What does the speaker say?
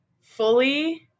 fully